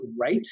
right